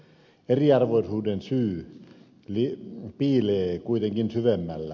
eriarvoisuuden syy piilee kuitenkin syvemmällä